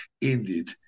indeed